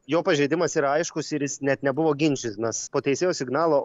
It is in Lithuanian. jo pažeidimas yra aiškus ir jis net nebuvo ginčytinas po teisėjo signalo